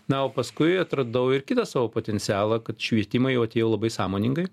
na o paskui atradau ir kitą savo potencialą kad švietimą jau atėjo labai sąmoningai